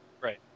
right